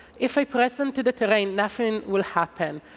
if i press onto the terrain, nothing will happen.